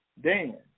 Dan